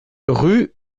rue